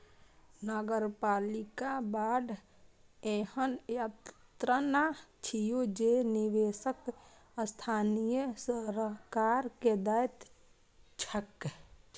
नगरपालिका बांड एहन ऋण छियै जे निवेशक स्थानीय सरकार कें दैत छैक